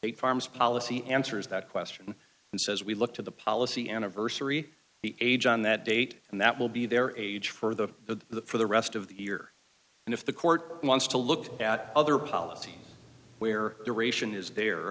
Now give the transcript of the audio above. a farm's policy answers that question and says we look to the policy anniversary age on that date and that will be there or age for the for the rest of the year and if the court wants to look at other policy where duration is there